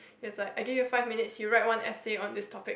like I give you five minutes you write one essay on this topic